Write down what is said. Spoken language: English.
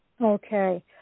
Okay